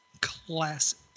classic